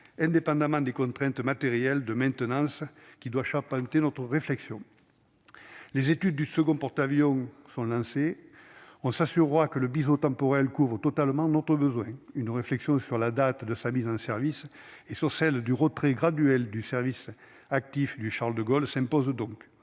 indépendamment des contraintes matérielles de maintenance qui doit charpenté notre réflexion les études du second porte-avions sont lancés, on s'assurera que le bison temporel couvre totalement notre besoin qu'une réflexion sur la date de sa mise en service et sur celle du retrait graduel du service actif du Charles-de-Gaulle s'impose donc,